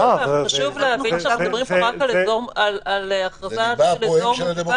חשוב להבין שאנחנו מדברים פה רק על הכרזה של אזור מוגבל,